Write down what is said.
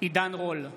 בהצבעה עידן רול,